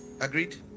agreed